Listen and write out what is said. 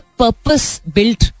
purpose-built